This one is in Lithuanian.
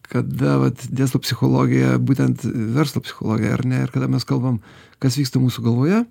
kada vat dėstau psichologiją būtent verslo psichologiją ar ne ir kada mes kalbam kas vyksta mūsų galvoje